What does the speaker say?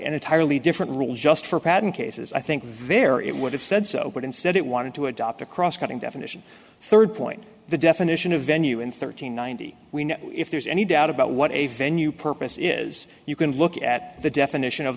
d entirely different rules just for patent cases i think very it would have said so but instead it wanted to adopt a cross cutting definition third point the definition of venue in thirteen ninety we know if there's any doubt about what a venue purpose is you can look at the definition of